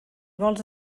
vols